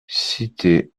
cité